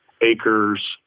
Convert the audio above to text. acres